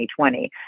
2020